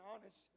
honest